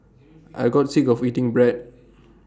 I got sick of eating bread